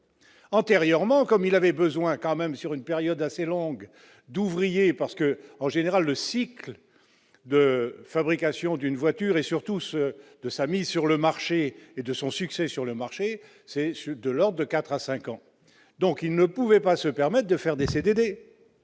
Antérieurement, comme il avait besoin quand même sur une période assez longue d'ouvriers parce que, en général, le cycle de fabrication d'une voiture, et surtout ceux de sa mise sur le marché et de son succès sur le marché, c'est sûr, de or de 4 à 5 ans, donc il ne pouvait pas se permettent de faire des CDD,